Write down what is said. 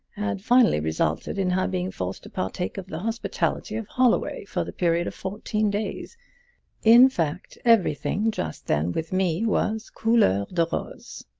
had finally resulted in her being forced to partake of the hospitality of holloway for the period of fourteen days in fact, everything just then with me was couleur de rose.